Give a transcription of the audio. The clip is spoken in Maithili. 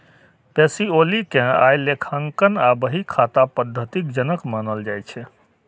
पैसिओली कें आइ लेखांकन आ बही खाता पद्धतिक जनक मानल जाइ छै